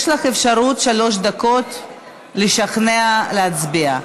יש לך אפשרות בשלוש דקות לשכנע להצביע.